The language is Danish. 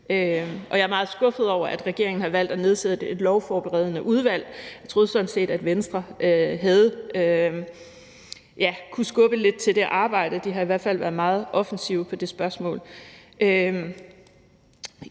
Og jeg er meget skuffet over, at regeringen har valgt at nedsætte et lovforberedende udvalg. Jeg troede sådan set, at Venstre kunne skubbe lidt til det arbejde – de har i hvert fald været meget offensive på det spørgsmål.